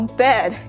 bed